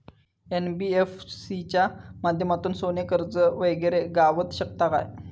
NBFC च्या माध्यमातून सोने कर्ज वगैरे गावात शकता काय?